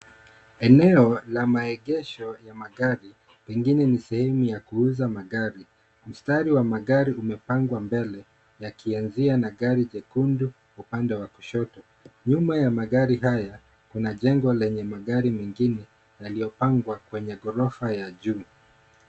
Eneo la maegesho ya magari pengine ni sehemu ya kuuza magari. Mstari wa magari umepengwa mbele yakianzia na gari jekundu upande wa kushoto. Nyuma ya magari haya kuna jengo lenye magari mengine yaliyopangwa kwenye ghorofa ya juu.